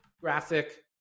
graphic